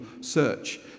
search